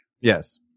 Yes